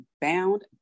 bound